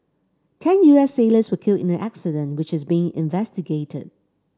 ten U S sailors were killed in the accident which is being investigated